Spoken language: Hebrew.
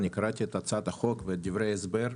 אני קראתי את הצעת החוק ואת דברי ההסבר.